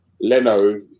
Leno